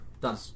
Done